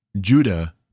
Judah